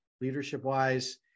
leadership-wise